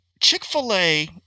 Chick-fil-A